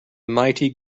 mighty